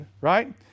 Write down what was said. right